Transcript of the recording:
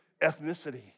ethnicity